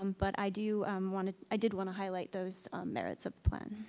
um but i do um want to, i did want to highlight those merits of plan.